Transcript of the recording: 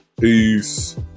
Peace